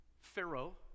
Pharaoh